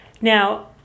Now